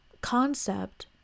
concept